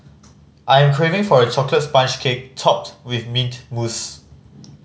I am craving for a chocolate sponge cake topped with mint mousse